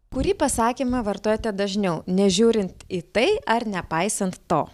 kurį pasakymą vartojate dažniau nežiūrint į tai ar nepaisant to